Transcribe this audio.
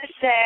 say